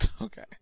okay